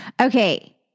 Okay